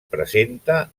presenta